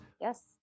Yes